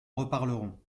reparlerons